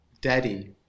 daddy